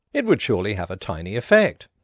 it would surely have a tiny effect.